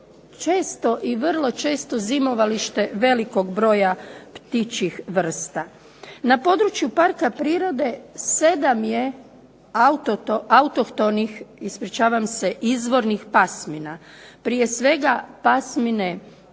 često vrlo često zimovalište velikog broja ptičjih vrsta. Na području parka prirode 7 autohtonih izvornih pasmina. Prije svega pasmine